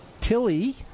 Tilly